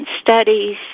Studies